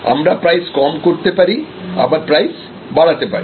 আমরা প্রাইস কম করতে পারি আবার প্রাইস বাড়াতে পারি